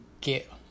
get